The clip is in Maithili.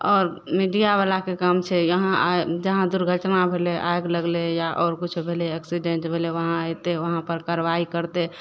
आओर मीडियावला के काम छै यहाँ आ जहाँ दुर्घटना भेलय आगि लगलय या आओर कुछो भेलइए एक्सीडेन्ट भेलय वहाँ अइतय वहाँपर कारबाइ करतय